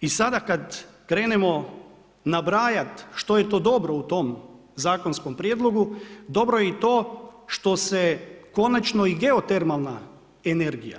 I sada kada krenemo nabrajat što je to dobro u tom zakonskom prijedlogu dobro je i to što se konačno i geotermalna energija